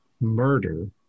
murder